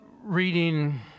reading